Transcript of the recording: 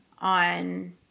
on